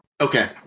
Okay